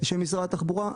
של משרד התחבורה.